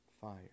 fire